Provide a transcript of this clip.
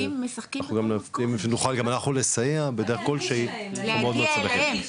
נוכל גם אנחנו לסייע בדרך כל שהיא להגיע אליהם.